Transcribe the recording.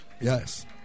Yes